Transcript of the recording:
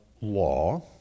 law